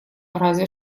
разве